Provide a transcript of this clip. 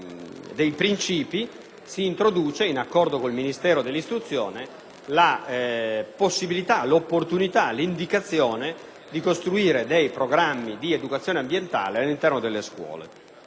dei principi, introduce, in accordo con il Ministero dell'istruzione, l'indicazione di costruire dei programmi di educazione ambientale all'interno delle scuole.